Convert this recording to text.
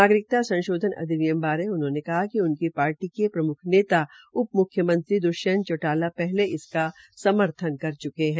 नागरिकता संशोधन अधिनियम बारे उन्होंने कहा कि उनकी पार्टी के प्रम्ख नेता उप म्ख्यमंत्री द्ष्यंत चौटाला पहले इसका समर्थन कर च्के है